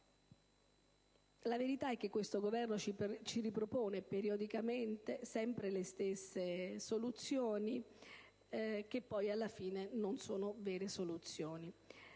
La verità è che questo Governo ci ripropone periodicamente sempre le stesse soluzioni, che poi alla fine non sono vere soluzioni.